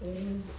oh